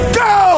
go